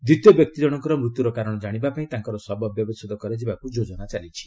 ଦ୍ୱିତୀୟ ବ୍ୟକ୍ତିଜଶଙ୍କର ମୃତ୍ୟୁର କାରଣ ଜାଣିବା ପାଇଁ ତାଙ୍କର ଶବ ବ୍ୟବଚ୍ଛେଦ କରାଯିବାକୃ ଯୋଜନା ଚାଲିଛି